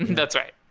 that's right.